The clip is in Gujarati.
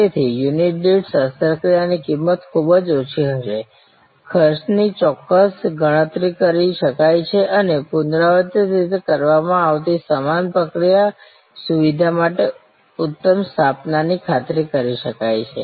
તેથી યુનિટ દીઠ શસ્ત્રક્રિયાની કિંમત ખૂબ જ ઓછી હશે ખર્ચની ચોક્કસ ગણતરી કરી શકાય છે અને પુનરાવર્તિત રીતે કરવામાં આવતી સમાન પ્રક્રિયા સુવિધા માટે ઉતમ સ્થાપના ની ખાતરી કરી શકે છે